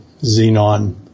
xenon